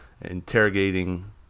interrogating